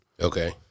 Okay